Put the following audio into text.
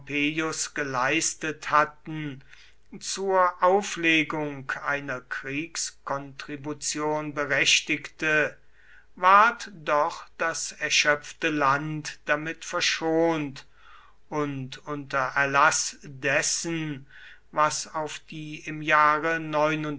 geleistet hatten zur auflegung einer kriegskontribution berechtigte ward doch das erschöpfte land damit verschont und unter erlaß dessen was auf die im jahre